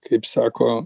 kaip sako